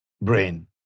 brain